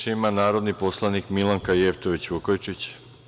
Reč ima narodni poslanik Milanka Jevtović Vukojičić.